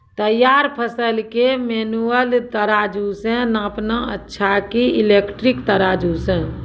तैयार फसल के मेनुअल तराजु से नापना अच्छा कि इलेक्ट्रॉनिक तराजु से?